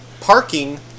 parking